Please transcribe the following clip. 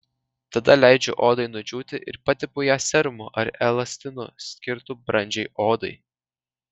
tada leidžiu odai nudžiūti ir patepu ją serumu ar elastinu skirtu brandžiai odai